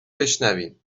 بشنویم